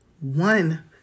one